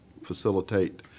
facilitate